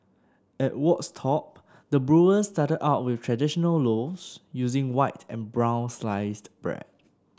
at Wolds Top the brewers started out with traditional loaves using white and brown sliced bread